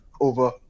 over